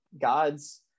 God's